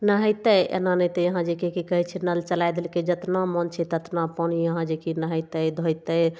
नहेतय एना जे कि की कहय छै नल चलाय देलकय जेतना मन छै तेतना पानि यहाँ जे कि नहेतय धोतय